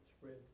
spread